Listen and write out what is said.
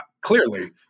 Clearly